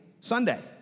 Sunday